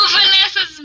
Vanessa